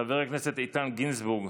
חבר הכנסת איתן גינזבורג,